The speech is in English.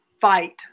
fight